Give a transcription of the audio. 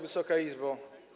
Wysoka Izbo!